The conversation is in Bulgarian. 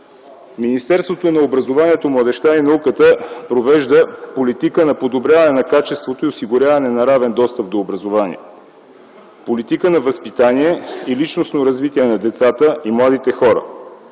Министерството на образованието, младежта и науката провежда политика на подобряване на качеството и осигуряване на равен достъп до образование, политика на възпитание и личностно развитие на децата и младите хора,